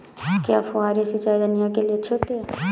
क्या फुहारी सिंचाई धनिया के लिए अच्छी होती है?